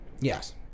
Yes